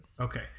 okay